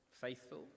Faithful